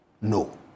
No